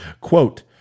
Quote